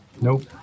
Nope